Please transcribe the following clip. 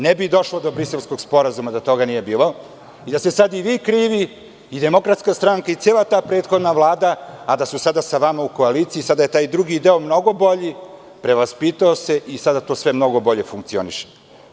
Ne bi došlo do Briselskog sporazuma da toga nije bilo i da ste sada i vi krivi i DS i cela ta prethodna Vlada, a da su sada sa vama u koaliciji, taj drugi deo koji je mnogo bolji, prevaspitao se i sada to mnogo bolje funkcioniše.